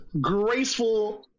graceful